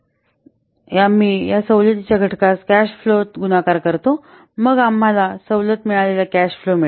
unlike२8264 आहे आम्ही या सवलतीच्या घटकास कॅश फ्लोात गुणाकार करतो मग आम्हाला सवलत मिळालेला कॅश फ्लो मिळेल